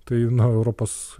tai na europos